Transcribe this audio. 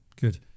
Good